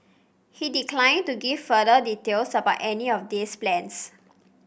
he declined to give further details about any of these plans